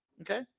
Okay